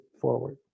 forward